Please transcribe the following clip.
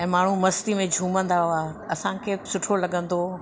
ऐं माण्हू मस्ती में झूमंदा हुआ असांखे सुठो लॻंदो हुओ